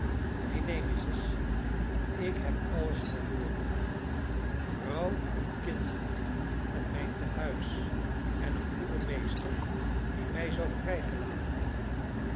neen neen missis ik heb alles verloren vrouw en kinderen en mijn tehuis en een goeden meester die mij zou vrijgelaten hebben